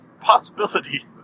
possibility